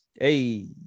Hey